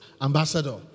Ambassador